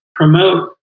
promote